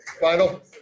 final